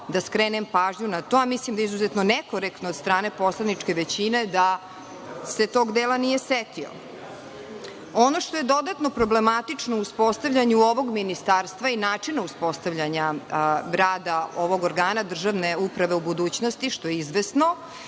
da skrenem pažnju na to, a mislim da je izuzetno nekorektno od strane poslaničke većine da se tog dela nije setio. Ono što je dodatno problematično u uspostavljanju ovog ministarstva i načina uspostavljanja rada ovog organa, državne uprave u budućnosti, što je izvesno,